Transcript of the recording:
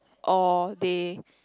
or they